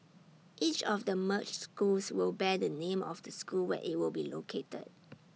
each of the merged schools will bear the name of the school where IT will be located